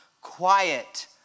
quiet